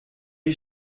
you